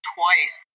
twice